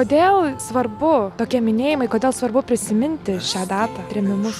kodėl svarbu tokie minėjimai kodėl svarbu prisiminti šią datą trėmimus